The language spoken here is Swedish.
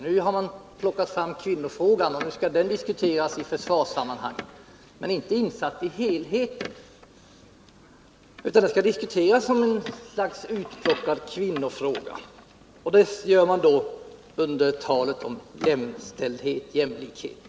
Nu har kvinnofrågan plockats ut och skall diskuteras i försvarssammanhang — men inte insatt i helheten. Och det gör man under tal om jämställdhet och jämlikhet.